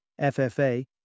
FFA